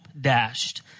dashed